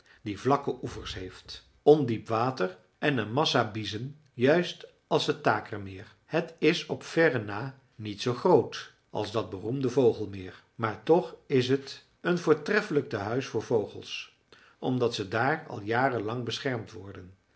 die vlakke oevers heeft ondiep water en een massa biezen juist als het takermeer het is op verre na niet zoo groot als dat beroemde vogelmeer maar toch is t een voortreffelijk tehuis voor vogels omdat zij daar al jaren lang beschermd worden